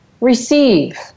receive